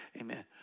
amen